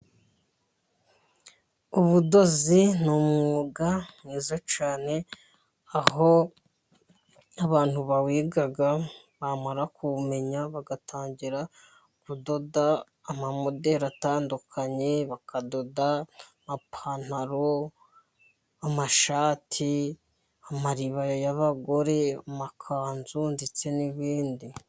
Ubudozi ni umwuga mwiza cyane, aho abantu bawiga bamara kuwumenya bagatangira kudoda amamoderi atandukanye, bakadoda amapantaro, amashati, amaribaya y'abagore, amakanzu ndetse n'ibindi.